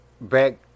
back